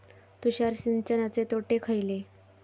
तुषार सिंचनाचे तोटे खयले?